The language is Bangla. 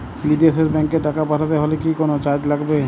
বিদেশের ব্যাংক এ টাকা পাঠাতে হলে কি কোনো চার্জ লাগবে?